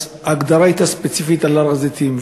אז ההגדרה הייתה ספציפית על הר-הזיתים,